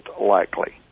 likely